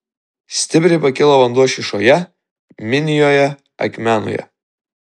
stipriai pakilo vanduo šyšoje minijoje akmenoje